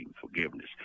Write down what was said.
forgiveness